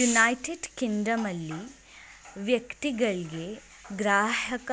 United ಕಿಂಗ್ಡಮ್ನಲ್ಲಿ ವ್ಯಕ್ತಿಗಳ್ಗೆ ಗ್ರಾಹಕ